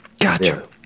gotcha